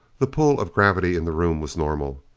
the pull of gravity in the room was normal.